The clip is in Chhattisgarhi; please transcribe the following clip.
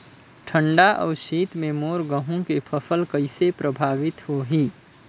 ठंडा अउ शीत मे मोर गहूं के फसल कइसे प्रभावित होही?